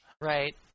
Right